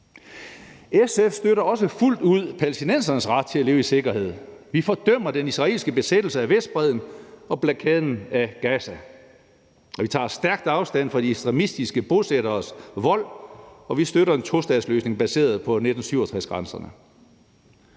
SF støtter også fuldt ud af palæstinensernes ret til at leve i sikkerhed. Vi fordømmer den israelske besættelse af Vestbredden og blokaden af Gaza. Vi tager stærkt afstand fra de fundamentalistiske bosætteres vold, og vi støtter en tostatsløsning baseret på 1967-grænserne.